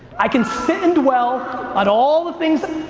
i can sit and dwell at all the things.